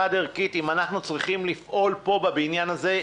חד-ערכית: אם אנחנו צריכים לפעול פה בבניין הזה,